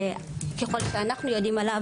ככל שאנחנו יודעים עליו,